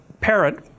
parent